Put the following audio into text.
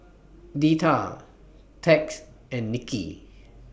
Deetta Tex and Nicky